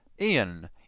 Ian